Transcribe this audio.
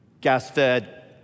gas-fed